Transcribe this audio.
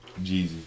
Jeezy